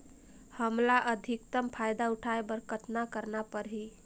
हमला अधिकतम फायदा उठाय बर कतना करना परही?